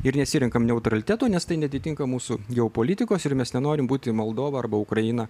ir nesirenkam neutraliteto nes tai neatitinka mūsų geopolitikos ir mes nenorim būti moldova arba ukraina